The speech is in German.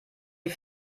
die